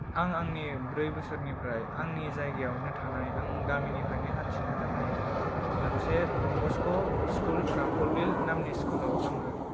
आं आंनि ब्रै बोसोरनिफ्राय आंनि जायगायावनो थानाय आं गामिनिफ्रायनो हान्थिनो हानाय मोनसे दन बस्क' स्कुल राम्फलबिल नामनि स्कुलाव आङो